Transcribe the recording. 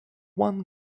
one